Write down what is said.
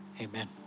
Amen